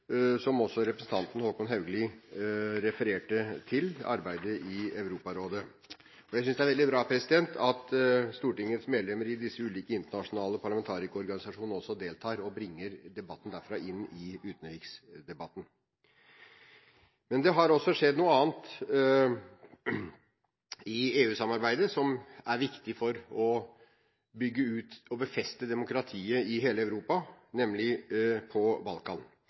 som også representanten Håkon Haugli refererte til – arbeidet i Europarådet. Jeg synes det er veldig bra at Stortingets medlemmer i disse ulike internasjonale parlamentarikerorganisasjonene også deltar og bringer debatten derfra inn i utenriksdebatten. Det har også skjedd noe annet i EU-samarbeidet som er viktig for å bygge ut og befeste demokratiet i hele Europa, nemlig på Balkan.